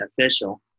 official